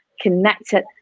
connected